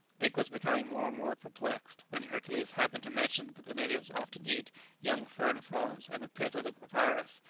dick was becoming more and more perplexed, when hercules happened to mention that the natives often eat young fern-fronds and the pith of the papyrus,